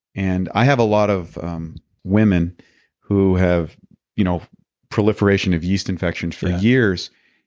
and i have a lot of um women who have you know proliferation of yeast infections for years,